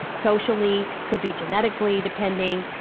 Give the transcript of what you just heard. socially, could be genetically depending,